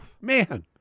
man